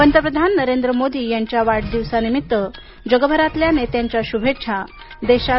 पंतप्रधान नरेंद्र मोदी यांच्या वाढ दिवसानिमित्त जगभरातल्या नेत्यांच्या शुभेच्छा देशात